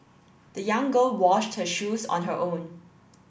the young girl washed her shoes on her own